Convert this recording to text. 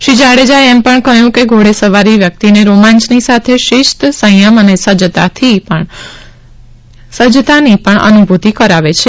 શ્રી જાડેજાએ એમ પણ કહ્યું કે ઘોડે સવારી વ્યક્તિને રોમાંચની સાથે શિસ્ત સંયમ અને સજ્જતાથી પણ અનુભૂતિ કરાવે છે